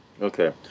okay